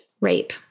rape